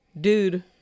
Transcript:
dude